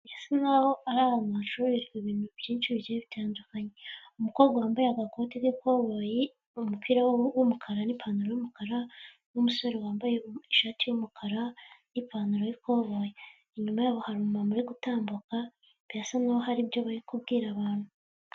Birasa nk'aho ari ahantu bacururizwa ibintu byinshigiye bitandukanye, umukobwa wambaye agakoti k'ikoboyi, umupira w'umukara, n'ipantaro y'umukara, n'umusore wambaye ishati y'umukara n'ipantaro y'ikoboyi. Inyuma yabo hari umumama uri gutambuka, birasa nk'aho hari ibyo bari kubwira abantu.